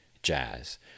Jazz